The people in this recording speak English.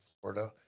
Florida